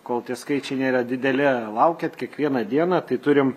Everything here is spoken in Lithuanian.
kol tie skaičiai nėra dideli laukiat kiekvieną dieną tai turim